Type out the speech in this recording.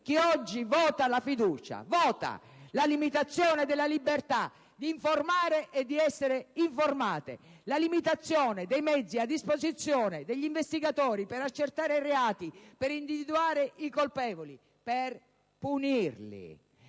chi oggi vota la fiducia, vota la limitazione della libertà di informare e di essere informato, la limitazione dei mezzi a disposizione degli investigatori per accertare reati, per individuare i colpevoli, per punirli.